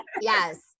Yes